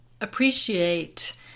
appreciate